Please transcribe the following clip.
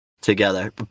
together